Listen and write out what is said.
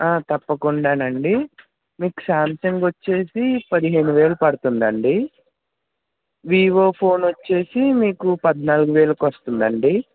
తప్పకుండానండి మీకు సామ్సంగ్ వచ్చేసి పదిహేనువేలు పడుతుందండి వీవో ఫోనొచ్చేసి మీకు పద్నాలుగు వేలుకొస్తుందండి